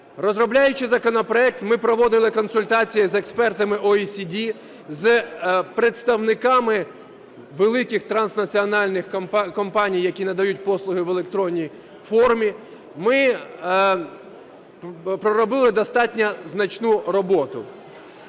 Розробляючи законопроект, ми проводили консультації з експертами ОECD, з представниками великих транснаціональних компаній, які надають послуги в електронній формі. Ми проробили достатньо значну роботу.